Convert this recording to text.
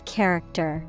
Character